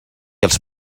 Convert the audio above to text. els